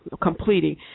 completing